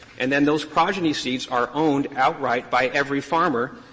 and then those progeny seeds are owned outright by every farmer,